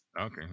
Okay